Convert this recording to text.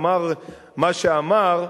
אמר מה שאמר,